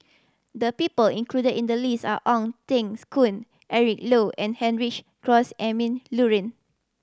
the people included in the list are Ong Tengs Koon Eric Low and Heinrich Cross Emil Luering